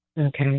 Okay